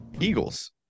Eagles